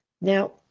Now